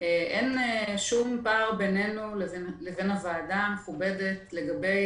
אין שום פער בינינו לבין הוועדה המכובדת לגבי